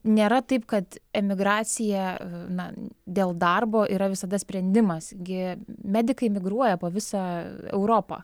nėra taip kad emigracija na dėl darbo yra visada sprendimas gi medikai migruoja po visą europą